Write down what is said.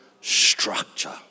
structure